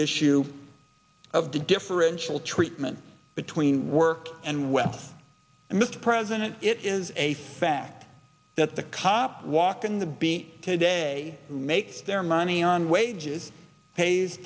issue of the differential treatment between work and wealth mr president it is a fact that the cop walking the beat today makes their money on wages pays